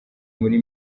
muri